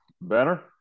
Banner